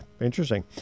interesting